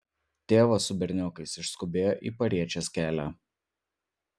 tėvas su berniokais išskubėjo į pariečės kelią